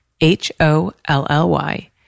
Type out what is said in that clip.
H-O-L-L-Y